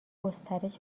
گسترش